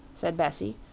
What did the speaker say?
said bessie.